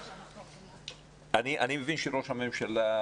מבין שראש הממשלה,